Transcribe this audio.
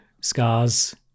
scars